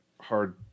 hard